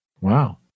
Wow